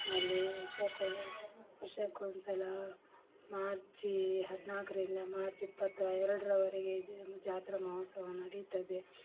ಅಲ್ಲೀ ವರ್ಷಕೊಂದು ವರ್ಷಕೊಂದುಸಲಾ ಮಾರ್ಚಿ ಹದಿನಾಲ್ಕರಿಂದ ಮಾರ್ಚ್ ಇಪ್ಪತ್ತ ಎರಡರವರೆಗೆ ಇದು ಎಲ್ಲ ಜಾತ್ರಾ ಮಹೋತ್ಸವ ನಡೀತದೆ